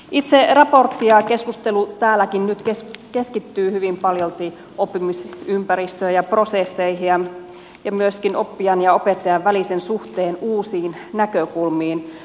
itse raportti ja keskustelu täälläkin nyt keskittyy hyvin paljolti oppimisympäristöön ja prosesseihin ja myöskin oppijan ja opettajan välisen suhteen uusiin näkökulmiin